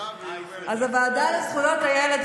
הוועדה לזכויות הילד,